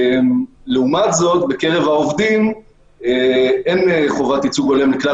ולעומת זאת בקרב העובדים אין חובת ייצוג הולך לכלל